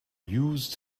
used